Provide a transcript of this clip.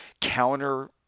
counter